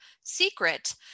secret